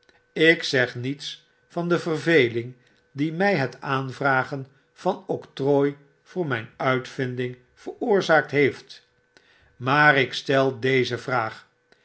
ik zeg niets van de verveling die mij het aanvragen van octrooi voor mijn uitvinding veroorzaakt heeft maar ik stel deze vraag